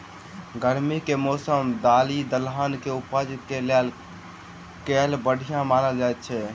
गर्मी केँ मौसम दालि दलहन केँ उपज केँ लेल केल बढ़िया मानल जाइत अछि?